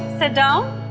sit down.